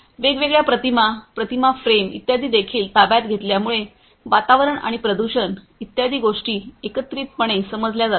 वेगवेगळ्या प्रतिमा प्रतिमा फ्रेम इत्यादी देखील ताब्यात घेतल्यामुळे वातावरण आणि प्रदूषण इत्यादी गोष्टी एकत्रितपणे समजल्या जातात